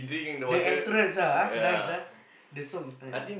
the entrance lah nice lah the song is nice lah